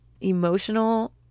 emotional